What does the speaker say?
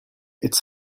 it’s